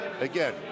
Again